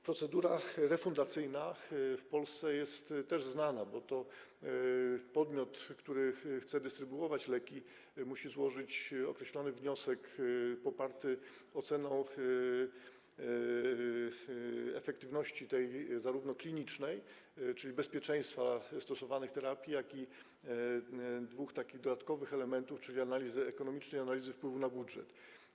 Procedura refundacyjna w Polsce też jest znana, bo to podmiot, który chce dystrybuować leki, musi złożyć określony wniosek poparty oceną efektywności klinicznej, czyli bezpieczeństwa stosowanych terapii, jak również dwóch dodatkowych elementów, czyli analizy ekonomicznej i analizy wpływu na budżet.